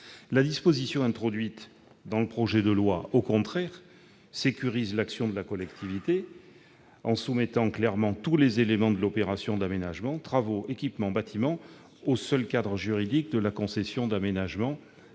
La disposition introduite dans le projet de loi, au contraire, vise à sécuriser l'action de la collectivité en soumettant clairement tous les éléments de l'opération d'aménagement- travaux, équipements, bâtiments -au seul cadre juridique de la concession d'aménagement lorsque